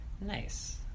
Nice